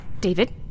David